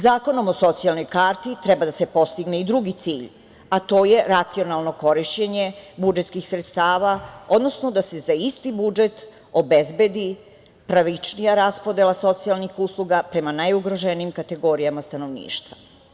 Zakonom o socijalnoj karti treba da se postigne i drugi cilj, a to je racionalno korišćenje budžetskih sredstava, odnosno da se za isti budžet obezbedi pravičnija raspodela socijalnih usluga prema najugroženijim kategorijama stanovništva.